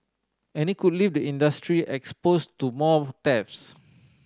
and it could leave the industry exposed to more thefts